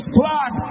blood